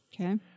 Okay